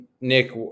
Nick